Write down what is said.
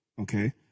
okay